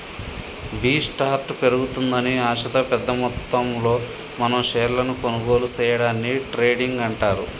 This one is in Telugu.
బి స్టార్ట్ పెరుగుతుందని ఆశతో పెద్ద మొత్తంలో మనం షేర్లను కొనుగోలు సేయడాన్ని ట్రేడింగ్ అంటారు